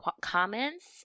comments